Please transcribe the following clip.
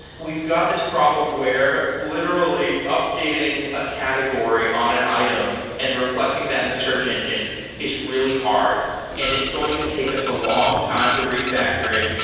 we've got this problem where, literally, updating a category on an item and reflecting that in the search engine is really hard and it's going to take us a long time to refactor it.